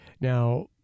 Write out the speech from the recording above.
Now